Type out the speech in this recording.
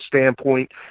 standpoint